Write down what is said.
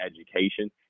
education